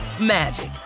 magic